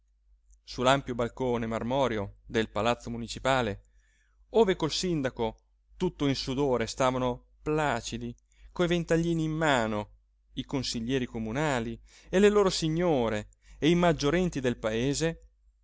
l'ampio balcone marmoreo del palazzo municipale ove col sindaco tutto in sudore stavano placidi coi ventaglini in mano i consiglieri comunali e le loro signore e i maggiorenti del paese